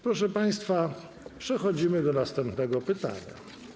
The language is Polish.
Proszę państwa, przechodzimy do następnego pytania.